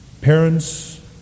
parents